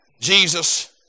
Jesus